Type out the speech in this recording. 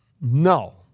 No